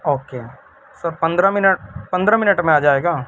okay sir پندرہ minute پندرہ minute میں آ جائے گا